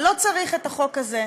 לא צריך את החוק הזה,